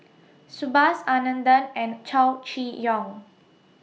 Subhas Anandan and Chow Chee Yong